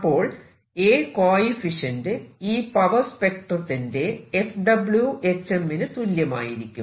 അപ്പോൾ A coefficient ഈ power spectrum ത്തിന്റെ FWHM നു തുല്യമായിരിക്കും